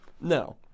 No